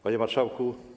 Panie Marszałku!